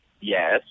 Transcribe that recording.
yes